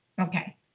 Okay